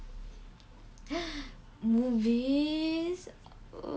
movies